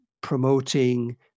promoting